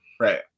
Right